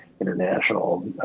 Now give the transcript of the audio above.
International